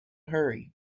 hurry